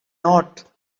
not